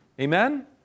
Amen